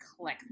click